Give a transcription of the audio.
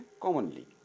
commonly